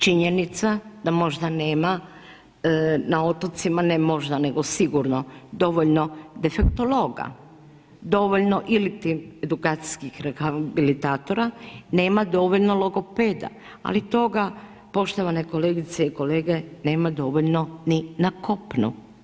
Činjenica da možda nema na otocima, ne možda nego sigurno dovoljno defektologa, dovoljno ili'ti edukacijskih rehabilitatora, nema dovoljno logopeda ali toga poštovane kolegice i kolege nema dovoljno ni na kopnu.